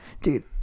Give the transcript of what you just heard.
Dude